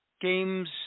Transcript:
Games